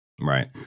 right